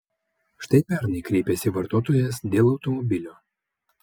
štai pernai kreipėsi vartotojas dėl automobilio